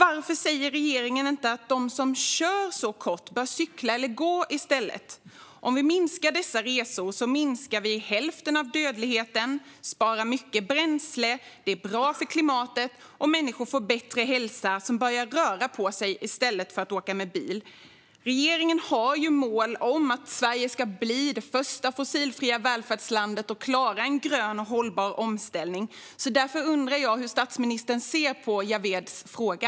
Varför säger regeringen inte att de som kör så kort bör cykla eller gå i stället? Om vi minskar dessa resor minskar vi hälften av dödligheten och sparar mycket bränsle. Det är bra för klimatet, och människor som börjar röra på sig i stället för att åka bil får bättre hälsa. Regeringen har ju mål om att Sverige ska bli det första fossilfria välfärdslandet och klara en grön, hållbar omställning. Därför undrar jag hur statsministern ser på Javeeds fråga.